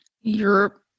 Europe